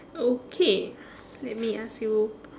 okay let me ask you